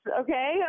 okay